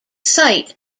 site